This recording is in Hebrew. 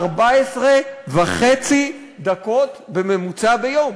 14.5 דקות בממוצע ביום.